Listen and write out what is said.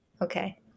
Okay